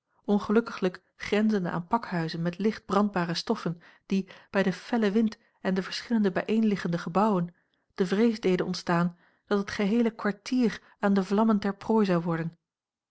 ongelukkiglijk grenzende aan pakhuizen met licht brandbare stoffen die bij den fellen wind en de verschillende bijeenliggende gebouwen de vrees deden ontstaan dat het geheele kwartier aan de vlammen ter prooi zou worden